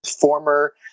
former